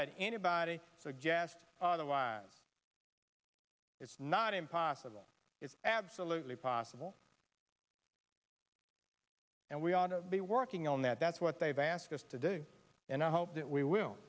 that anybody suggest otherwise it's not impossible it's absolutely possible and we ought to be working on that that's what they've asked us to do and i hope that we will